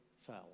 fell